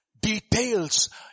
details